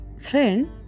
friend